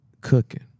cooking